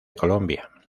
colombia